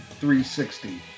360